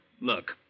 Look